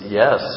yes